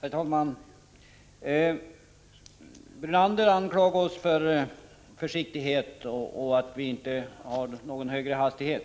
Herr talman! Lennart Brunander anklagar oss för att vara försiktiga och för att det går för långsamt.